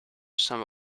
some